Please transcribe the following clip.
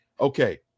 Okay